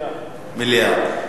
מליאה.